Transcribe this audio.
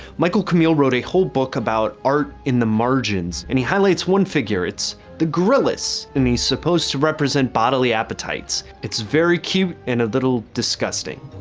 michael camille wrote a whole book about art in the margins and he highlights one figure it's the gryllus, and he's supposed to represent bodily appetites. it's very cute and a little disgusting.